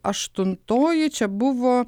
aštuntoji čia buvo